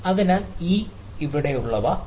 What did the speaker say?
അതിനാൽ അവിടെയുള്ളവ ഇവയാണ്